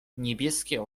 niebieskie